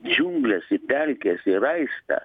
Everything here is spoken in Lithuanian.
džiungles į pelkes į raistą